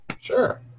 Sure